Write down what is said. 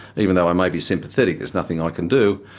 even though i may be sympathetic, there's nothing i can do.